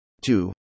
Two